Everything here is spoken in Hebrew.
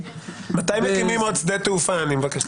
מתי מקימים עוד שדה תעופה, אני מבקש לדעת.